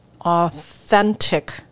authentic